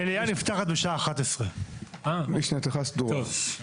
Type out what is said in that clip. המליאה נפתחת בשעה 11:00. טוב.